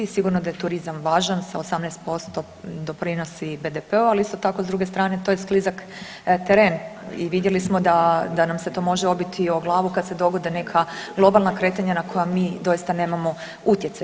Sigurno da je turizam važan, sa 18% doprinosi BDP-u, ali isto tako s druge strane to je sklizak teren i vidjeli smo da, da nam se to može obiti o glavu kad se dogode neka globalna kretanja na koja mi doista nemamo utjecaj.